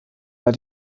war